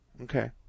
Okay